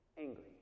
Angry